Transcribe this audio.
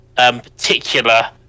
particular